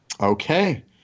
Okay